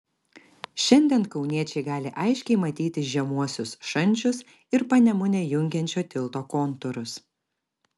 šiandien kauniečiai gali aiškiai matyti žemuosius šančius ir panemunę jungiančio tilto kontūrus